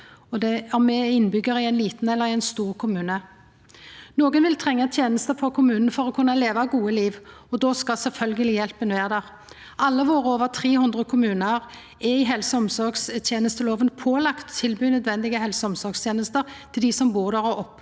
om ein er innbyggjar i ein liten eller i ein stor kommune. Nokon vil trenga tenester frå kommunen for å kunna leva eit godt liv, og då skal sjølvsagt hjelpa vera der. Alle våre over 300 kommunar er i helse- og omsorgstenestelova pålagde å tilby nødvendige helse- og omsorgstenester til dei som bur der og oppheld